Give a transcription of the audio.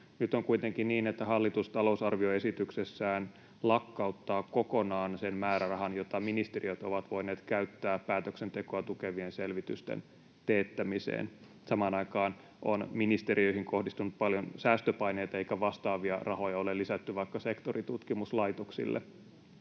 Nyt on kuitenkin niin, että hallitus talousarvioesityksessään lakkauttaa kokonaan sen määrärahan, jota ministeriöt ovat voineet käyttää päätöksentekoa tukevien selvitysten teettämiseen. Samaan aikaan on ministeriöihin kohdistunut paljon säästöpaineita eikä vastaavia rahoja ole lisätty vaikka sektoritutkimuslaitoksille.